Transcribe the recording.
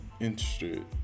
interested